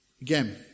Again